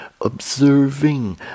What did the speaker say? observing